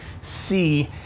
see